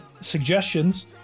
suggestions